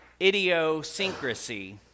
idiosyncrasy